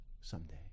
someday